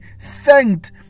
thanked